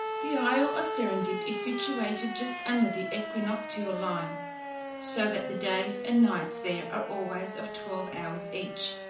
the isle of serendib is situated just under the equinoctial line so that the days and nights there are always of twelve hours each,